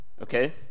Okay